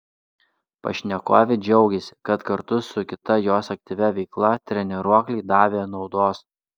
pašnekovė džiaugėsi kad kartu su kita jos aktyvia veikla treniruokliai davė naudos